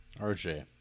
RJ